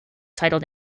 titled